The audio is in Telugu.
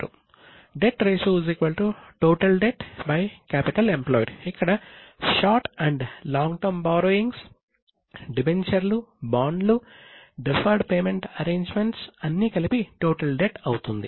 total debt debt ratio capital employed ఇక్కడ short and long term borrowings అవుతుంది